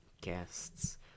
Guests